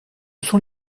sont